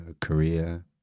Korea